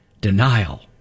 denial